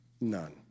None